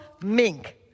Mink